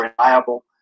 reliable